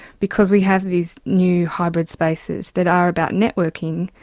because we have these new hybrid spaces that are about networking,